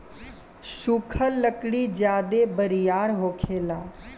सुखल लकड़ी ज्यादे बरियार होखेला